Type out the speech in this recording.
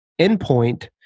endpoint